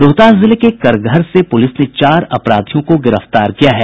रोहतास जिले के करगहर से पुलिस ने चार अपराधियों को गिरफ्तार किया है